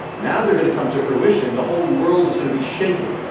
now they're going to come to fruition. the whole world is going to be shaken.